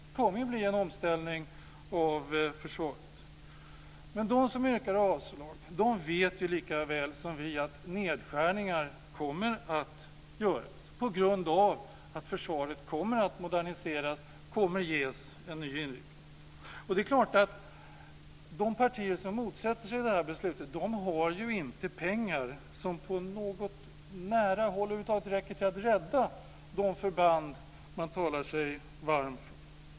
Det kommer att bli en omställning av försvaret. De som yrkar avslag vet likaväl som vi att nedskärningar kommer att göras på grund av att försvaret kommer att moderniseras och ges en ny inriktning. De partier som motsätter sig beslutet har inte pengar som på något nära håll räcker till att rädda de förband man talar sig varm för.